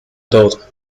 daughter